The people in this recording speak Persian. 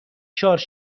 شارژ